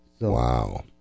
Wow